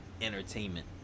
Entertainment